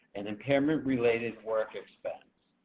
an impairment-related work expense.